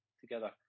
together